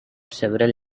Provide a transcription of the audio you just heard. several